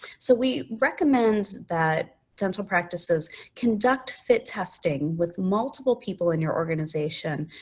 so, we recommend that dental practices conduct fit testing with multiple people in your organization,